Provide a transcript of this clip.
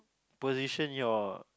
position your